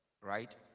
right